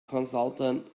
consultant